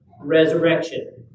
resurrection